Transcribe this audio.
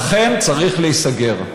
אכן צריך להיסגר.